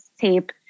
tape